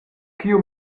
kiu